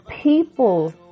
People